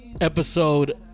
episode